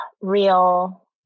Real